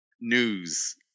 news